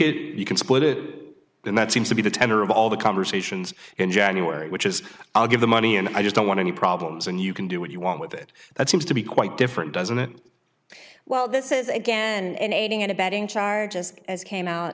it you can split it and that seems to be the tenor of all the conversations in january which is i'll give the money and i just don't want any problems and you can do what you want with it that seems to be quite different doesn't it well this is again and aiding and abetting charges as came out